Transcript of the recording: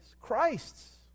Christ's